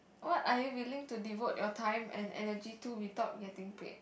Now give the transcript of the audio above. what are you willing to devote your time and energy to without getting paid